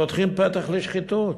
פותחים פתח לשחיתות.